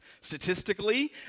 Statistically